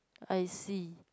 I see